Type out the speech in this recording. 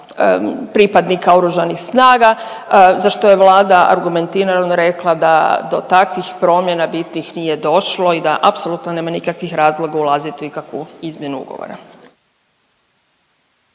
pripadnika Oružanih snaga za što je Vlada argumentirano rekla da do takvih promjena bitnih nije došlo i da apsolutno nema nikakvih razloga ulaziti u ikakvu izmjenu ugovora.